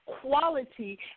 quality